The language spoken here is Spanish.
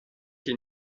que